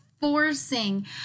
forcing